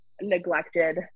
neglected